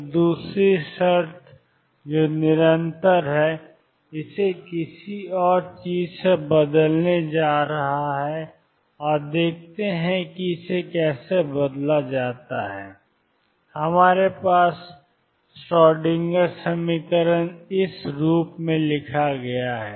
तो दूसरी शर्त जो निरंतर है इसे किसी और चीज़ से बदलने जा रहा है और देखते हैं कि इसे कैसे बदला जाता है हमारे पास श्रोडिंगर समीकरण 22md2xdx2 V0xxEψ है